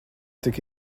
tik